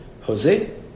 Jose